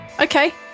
okay